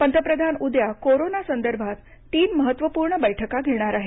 पंतप्रधान उद्या कोरोना संदर्भात तीन महत्त्वपूर्ण बैठका घेणार आहेत